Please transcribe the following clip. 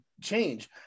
change